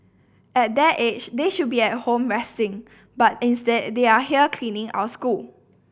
at their age they should be at home resting but instead they are here cleaning our school